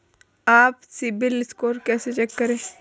अपना CIBIL score कैसे check करें?